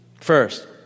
First